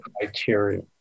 criteria